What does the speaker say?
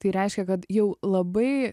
tai reiškia kad jau labai